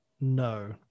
No